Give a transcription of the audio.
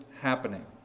happening